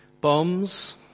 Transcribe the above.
Bombs